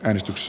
äänestys